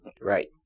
Right